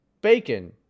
Bacon